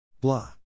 Blah